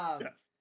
yes